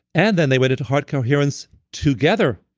and then they went into heart coherence together,